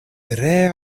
tre